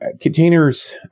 containers